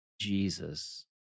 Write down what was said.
Jesus